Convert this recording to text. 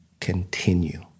continue